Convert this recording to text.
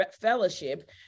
fellowship